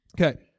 Okay